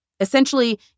Essentially